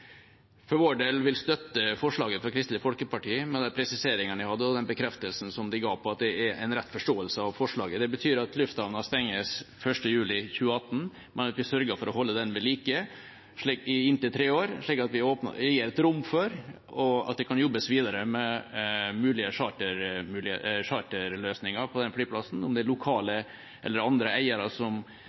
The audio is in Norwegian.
for vår del vil støtte forslaget fra Kristelig Folkeparti, med de presiseringene jeg hadde, og den bekreftelsen de ga på at det er en rett forståelse av forslaget. Det betyr at lufthavnen stenges 1. juli 2018, men at vi sørger for å holde den ved like i inntil tre år, slik at vi gir rom for at det kan jobbes videre med mulige charterløsninger på den flyplassen, om det er lokale eller andre eiere som